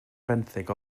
fenthyg